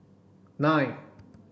nine